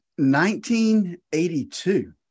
1982